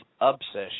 obsession